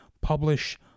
publish